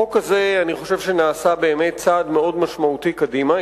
בחוק הזה אני חושב שנעשה באמת צעד משמעותי קדימה.